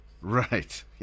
Right